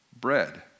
bread